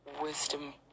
wisdom